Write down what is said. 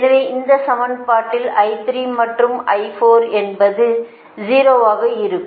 எனவே இந்த சமன்பாட்டில் I3 மற்றும் I4 என்பது 0 ஆக இருக்கும்